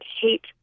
hate